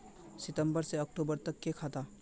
सितम्बर से अक्टूबर तक के खाता?